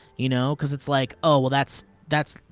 you know? cause it's like, oh, well, that's, that's,